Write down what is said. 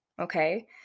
okay